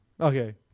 Okay